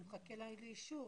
שלום,